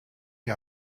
die